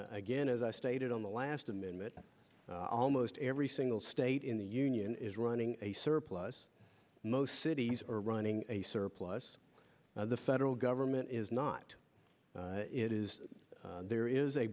again as i stated on the last minute almost every single state in the union is running a surplus most cities are running a surplus the federal government is not it is there is a